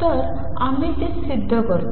तर आम्ही ते सिद्ध करतो